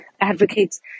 advocates